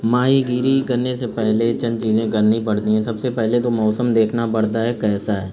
ماہ گیری کرنے سے پہلے چند چیزیں کرنی پڑتی ہیں سب سے پہلے تو موسم دیکھنا پڑتا ہے کیسا ہے